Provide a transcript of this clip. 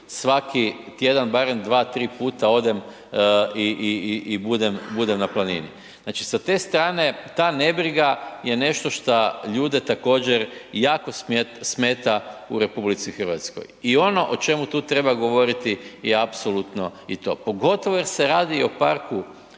svaki tjedan barem dva, tri puta odem i budem na planini. Znači sa te strane ta nebriga je nešto šta ljude također jako smeta u RH. I ono o čemu tu treba govoriti je apsolutno i to pogotovo jer se radi o park